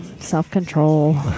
Self-control